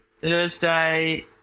Thursday